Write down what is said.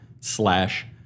slash